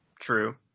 True